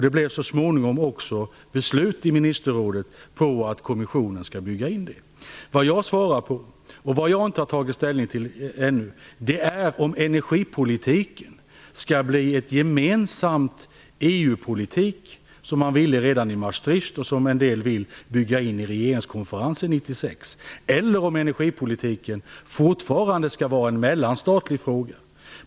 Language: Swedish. Det blev så småningom också beslutat i ministerrådet att kommissionen skall bygga in det. Det jag har tagit upp men som jag inte har tagit ställning till ännu är om energipolitiken skall bli en gemensam EU-politik, något som man ansåg redan i Maastrichtfördraget och som en del vill bygga in i regeringskonferensen 1996, eller om energipolitiken fortfarande skall vara en mellanstatlig fråga.